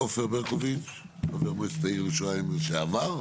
עופר ברקוביץ חבר מועצת העיר ירושלים לשעבר,